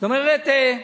זאת אומרת,